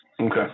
Okay